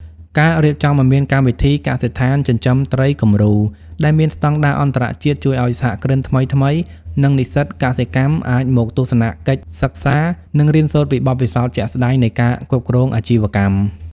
ការរៀបចំឱ្យមានកម្មវិធី "កសិដ្ឋានចិញ្ចឹមត្រីគំរូ" ដែលមានស្ដង់ដារអន្តរជាតិ ជួយឱ្យសហគ្រិនថ្មីៗ និងនិស្សិតកសិកម្មអាចមកទស្សនកិច្ចសិក្សា និងរៀនសូត្រពីបទពិសោធន៍ជាក់ស្ដែងនៃការគ្រប់គ្រងអាជីវកម្ម។